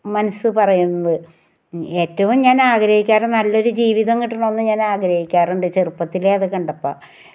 മനസ്സ് പറയുന്നത് ഏറ്റവും ഞാൻ ആഗ്രഹിക്കാറുള്ളത് നല്ല ഒരു ജീവിതം കിട്ടണം എന്ന് ഞാൻ ആഗ്രഹിക്കാറുണ്ട് ചെറുപ്പത്തിലേ അത് കണ്ടപ്പം